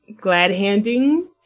glad-handing